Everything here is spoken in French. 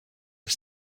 est